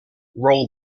roll